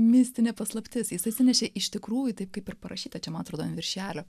mistinė paslaptis jis atsinešė iš tikrųjų taip kaip ir parašyta čia man atrodo viršelio